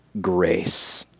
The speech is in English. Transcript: grace